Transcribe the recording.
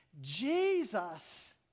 Jesus